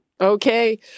Okay